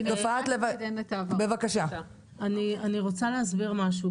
אני רוצה להסביר משהו.